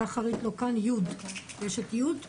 סליחה, לא חשבתי שאני אתרגש